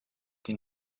den